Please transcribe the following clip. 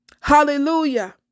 Hallelujah